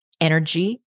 energy